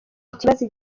ikibazo